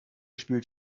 spielt